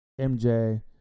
MJ